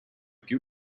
più